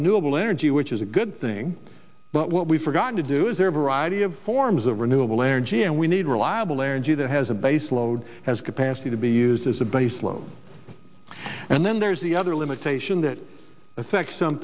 renewable energy which is a good thing but what we forgot to do is there a variety of forms of renewable energy and we need reliable energy that has a base load has capacity to be used as a base load and then there's the other limitation that affects some